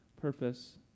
purpose